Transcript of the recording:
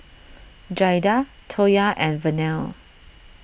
Jaida Toya and Vernelle